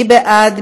מי בעד?